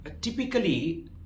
typically